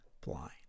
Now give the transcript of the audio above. blind